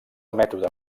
mètode